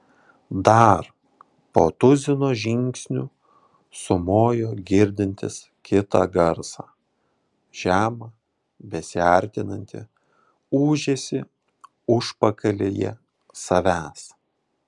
dar po tuzino žingsnių sumojo girdintis kitą garsą žemą besiartinantį ūžesį užpakalyje savęs